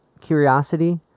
curiosity